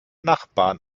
nachbarn